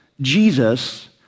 Jesus